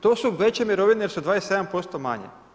To su veće mirovine, jer su 27% manje.